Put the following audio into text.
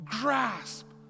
grasp